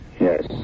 Yes